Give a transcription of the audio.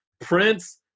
Prince